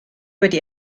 wedi